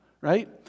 right